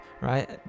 right